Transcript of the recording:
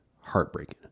heartbreaking